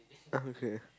oh okay